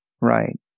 Right